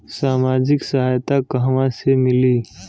सामाजिक सहायता कहवा से मिली?